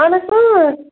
اہن حظ اۭں